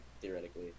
theoretically